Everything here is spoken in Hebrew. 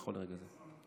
נכון לרגע זה.